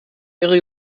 ihre